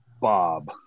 bob